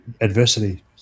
adversity